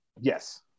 Yes